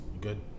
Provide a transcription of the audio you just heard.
Good